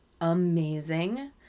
amazing